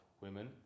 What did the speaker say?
women